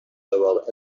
d’avoir